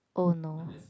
oh no